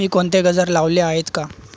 मी कोणते गजर लावले आहेत का